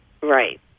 Right